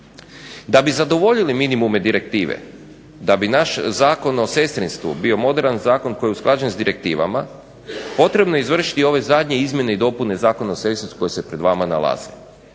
Da bi zadovoljili minimume direktive, da bi naš Zakon o sestrinstvu bio moderan zakon koji je usklađen sa direktivama, potrebno je izvršiti ove zadnje izmjene i dopune Zakona o sestrinstvu koji se pred vama nalazi.